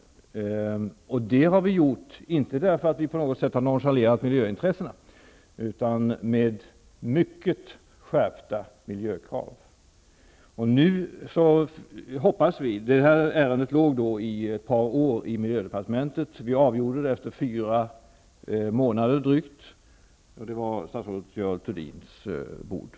Det har vi inte gjort därför att vi på något sätt har nonchalerat miljöintressena utan vi har tillämpat mycket skärpta miljökrav. Det här ärendet har legat ett par år i miljödepartementet. Vi avgjorde det efter drygt fyra månader. Ärendet låg på statsrådet Görel Thurdins bord.